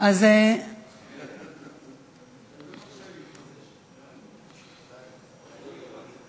את הנושא בסדר-היום של הכנסת נתקבלה.